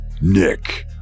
Nick